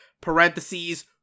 parentheses